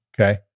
Okay